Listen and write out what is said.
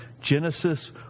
Genesis